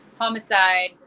homicide